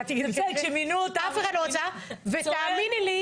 והאמיני לי,